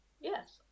Yes